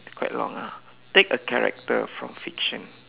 quite long ah take a character from fiction